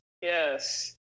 Yes